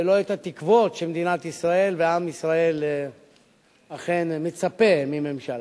ולא את התקוות שמדינת ישראל ועם ישראל אכן מצפים מממשלה,